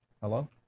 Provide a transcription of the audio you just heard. Hello